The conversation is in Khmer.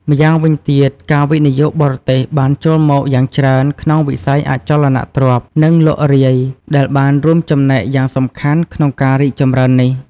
ម្យ៉ាងវិញទៀត ការវិនិយោគបរទេសបានចូលមកយ៉ាងច្រើនក្នុងវិស័យអចលនទ្រព្យ និងលក់រាយដែលបានរួមចំណែកយ៉ាងសំខាន់ក្នុងការរីកចម្រើននេះ។